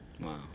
Wow